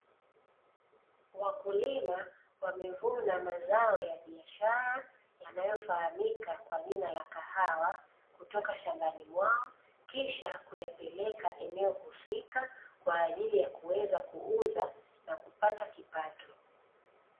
Wakulima wamevuna mazao ya biashara yanayo fahamika kwa jina la kahawa, kutoka shambani mwao kisha kuyapeleka eneo husika kwa ajili ya kuweza kuuza na kupata kipato.